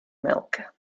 milk